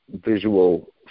visual